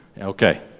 Okay